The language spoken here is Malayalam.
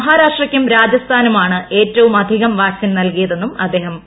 മഹാരാഷ്ട്രയ്ക്കും രാജസ്ഥാനുമാണ് ഏറ്റവും അധികം വാക്സിൻ നൽകിയതെന്നും അദ്ദേഹം പറഞ്ഞു